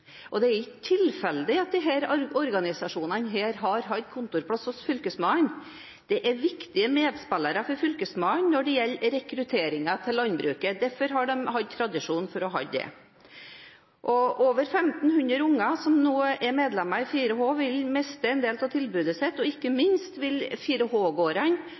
Det er ikke tilfeldig at disse organisasjonene har hatt kontorplass hos Fylkesmannen. De er viktige medspillere for Fylkesmannen når det gjelder rekrutteringen til landbruket – derfor har de hatt tradisjon for å ha det. Over 1 500 unger som er medlemmer i 4H, vil miste en del av tilbudet sitt, og ikke minst vil